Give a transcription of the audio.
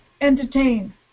entertain